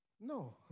No